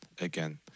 again